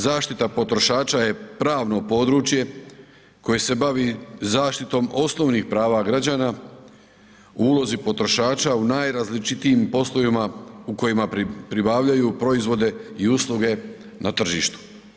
Zaštita potrošača je pravno područje koje se bavi zaštitom osnovnih prava građana u ulozi potrošača u najrazličitijim poslovima u kojima pribavljaju proizvode i usluge na tržištu.